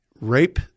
rape